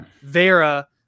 Vera